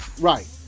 Right